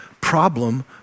problem